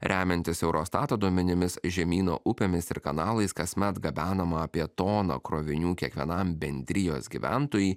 remiantis eurostato duomenimis žemyno upėmis ir kanalais kasmet gabenama apie toną krovinių kiekvienam bendrijos gyventojui